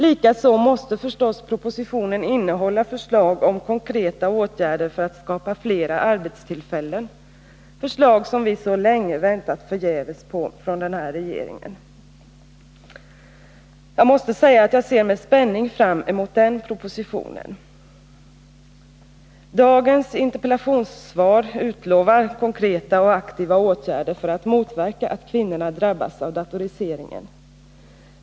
Likaså måste förstås propositionen innehålla förslag om konkreta åtgärder för att skapa flera arbetstillfällen — förslag som vi så länge väntat förgäves på från den här regeringen. Jag måste säga att jag ser med spänning fram emot den propositionen. Dagens interpellationssvar utlovar konkreta och aktiva åtgärder för att motverka att kvinnorna drabbas av datoriseringen.